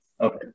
Okay